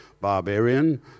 barbarian